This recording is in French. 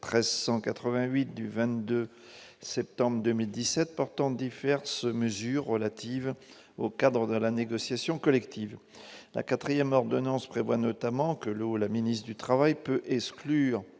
2017-1388 du 22 septembre 2017 portant diverses mesures relatives au cadre de la négociation collective. La quatrième ordonnance prévoit notamment que le ministre du travail peut exclure